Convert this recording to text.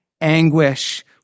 anguish